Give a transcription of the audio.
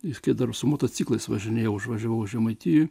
jis dar su motociklais važinėjau užvažiavau žemaitijoje